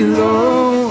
low